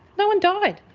no one died.